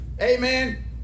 Amen